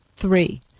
Three